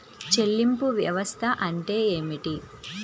చెల్లింపు వ్యవస్థ అంటే ఏమిటి?